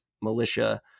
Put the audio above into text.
militia